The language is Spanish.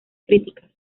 críticas